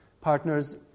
partners